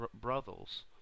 brothels